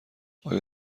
آیا